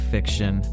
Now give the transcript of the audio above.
Fiction